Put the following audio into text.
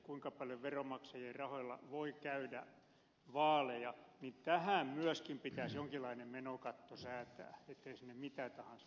kuinka paljon veronmaksajien rahoilla voi käydä vaaleja tähän myöskin pitäisi jonkinlainen menokatto säätää ettei sinne mitä tahansa ladata